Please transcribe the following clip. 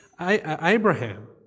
Abraham